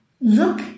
look